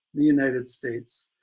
the united states,